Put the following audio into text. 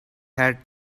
had